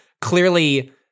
clearly